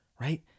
Right